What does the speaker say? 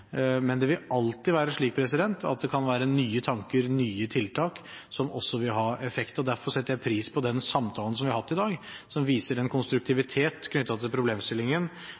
men det vil alltid være slik at det kan være nye tanker og nye tiltak som også vil ha effekt. Derfor setter jeg pris på den samtalen som vi har hatt i dag, som viser en konstruktivitet knyttet til problemstillingen